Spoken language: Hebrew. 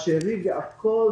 אם כן,